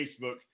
Facebook